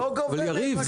הוא לא גובה --- יריב,